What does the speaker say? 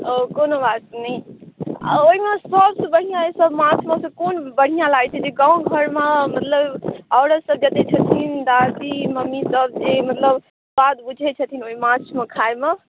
ओ कोनो बात नहि आ ओहिमे सभसँ बढ़िआँ एकटा माछमे सँ कोन बढ़िआँ लागैत छै जे गाम घरमे मतलब औरतसभ बेचैत छथिन वा कि मम्मीसभ जे मतलब स्वाद बुझैत छथिन ओहि माछमे खाइमे